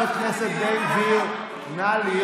שמעת מה אני